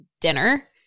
dinner